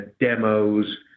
demos